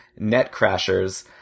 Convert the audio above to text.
Netcrashers